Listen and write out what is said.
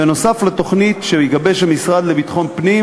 בנוסף לתוכנית שיגבש המשרד לביטחון הפנים